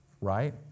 Right